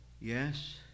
Yes